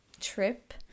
trip